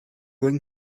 going